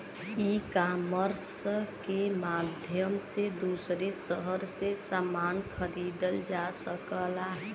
ecommerce के माध्यम से दूसरे शहर से समान खरीदल जा सकला